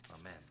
Amen